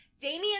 Damian